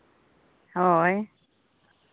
ᱦᱳᱭ